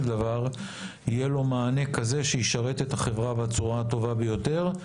דבר יהיה לו מענה כזה שישרת את החברה בצורה הטובה ביותר,